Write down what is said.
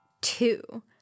two